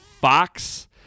Fox